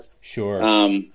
Sure